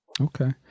Okay